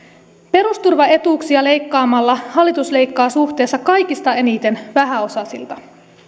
perusturvaetuuksia leikkaamalla hallitus leikkaa suhteessa kaikista eniten vähäosaisilta